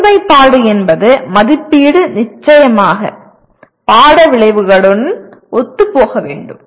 ஒருமைப்பாடு என்பது மதிப்பீடு நிச்சயமாக பாட விளைவுகளுடன் ஒத்துப்போக வேண்டும்